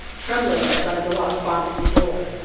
trembling outside the locked pharmacy door.